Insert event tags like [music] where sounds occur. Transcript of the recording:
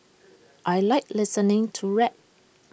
[noise] I Like listening to rap